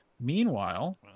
Meanwhile